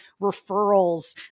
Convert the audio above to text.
referrals